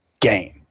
game